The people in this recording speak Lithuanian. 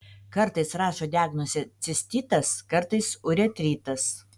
kartais rašo diagnozę cistitas kartais uretritas